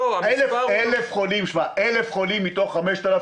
1,000 חולים מתוך 5,000